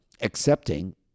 accepting